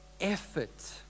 effort